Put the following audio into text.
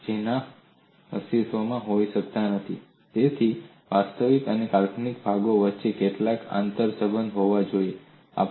તેઓ તેના જેવા અસ્તિત્વમાં હોઈ શકતા નથી તેથી વાસ્તવિક અને કાલ્પનિક ભાગો વચ્ચે કેટલાક આંતરસંબંધ હોવા જોઈએ